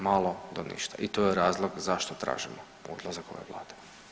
Malo do ništa i to je razlog zašto tražimo odlazak ove vlade.